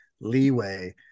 leeway